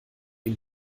ihm